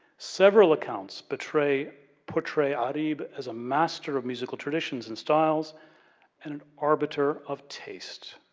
several accounts portray portray ah-reeb as a master of musical traditions and styles and an arbiter of taste.